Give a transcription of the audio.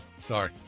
sorry